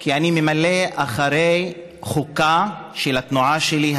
כי אני ממלא אחר החוקה של התנועה שלי,